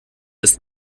ist